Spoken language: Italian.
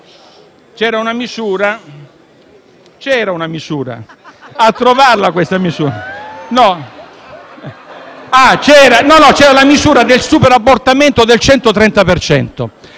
c'era la misura del superammortamento del 130